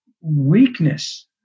weakness